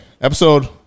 episode